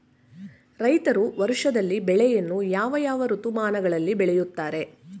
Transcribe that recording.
ರೈತರು ವರ್ಷದಲ್ಲಿ ಬೆಳೆಯನ್ನು ಯಾವ ಯಾವ ಋತುಮಾನಗಳಲ್ಲಿ ಬೆಳೆಯುತ್ತಾರೆ?